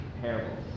parables